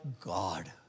God